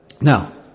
Now